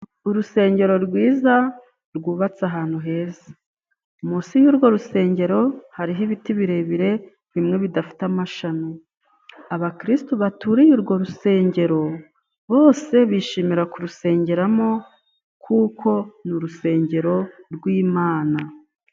Urusengero rwiza rwubatse ahantu heza, munsi y'urwo rusengero hariho ibiti birebire; bimwe bidafite amashami. Abakirisitu baturiye urwo rusengero bose bishimira kurusengeramo kuko ni urusengero rw'imana.